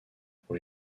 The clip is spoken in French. pour